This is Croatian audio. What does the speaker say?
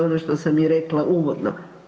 Ono što sam i rekla uvodno.